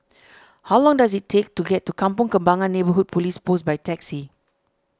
how long does it take to get to Kampong Kembangan Neighbourhood Police Post by taxi